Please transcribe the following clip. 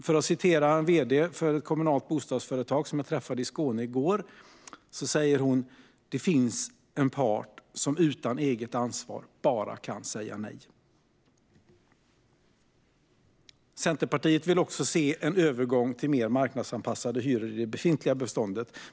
För att citera vd:n för ett kommunalt bostadsbolag i Skåne som jag träffade i går: Det finns en part som utan eget ansvar bara kan säga nej. Centerpartiet vill också se en övergång till mer marknadsanpassade hyror i det befintliga beståndet.